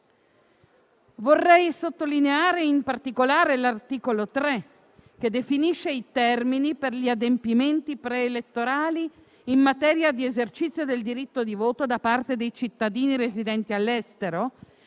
Vorrei sottolineare in particolare l'articolo 3 che definisce i termini per gli adempimenti preelettorali in materia di esercizio del diritto di voto da parte dei cittadini residenti all'estero,